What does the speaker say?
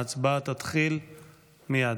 ההצבעה תתחיל מייד,